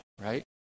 right